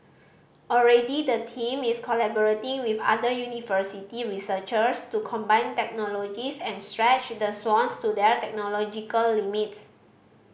already the team is collaborating with other university researchers to combine technologies and stretch the swans to their technological limits